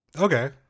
Okay